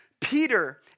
Peter